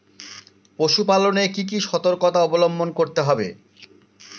পশুপালন এ কি কি সর্তকতা অবলম্বন করতে হবে?